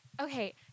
Okay